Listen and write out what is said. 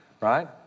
Right